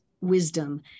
wisdom